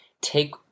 take